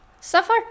Suffer